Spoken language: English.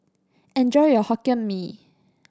enjoy your Hokkien Mee